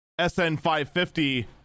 SN550